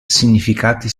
significati